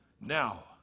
Now